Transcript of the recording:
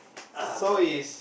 oh god damn